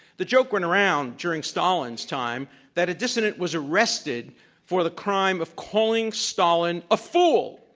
the joke went around during stalin's time that a dissident was arrested for the crime of calling stalin a fool.